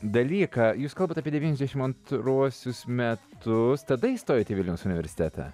dalyką jūs kalbate apie devyniasdešimt antruosius metus tada įstojot į vilniaus universitetą